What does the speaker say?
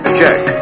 check